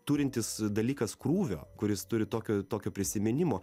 turintis dalykas krūvio kuris turi tokio tokio prisiminimo